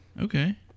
Okay